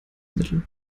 mittel